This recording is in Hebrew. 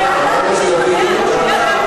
אתה לא מכיר את החוק.